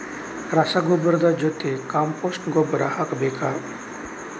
ರಸಗೊಬ್ಬರದ ಜೊತೆ ಕಾಂಪೋಸ್ಟ್ ಗೊಬ್ಬರ ಹಾಕಬೇಕಾ?